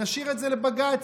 נשאיר את זה לבג"ץ,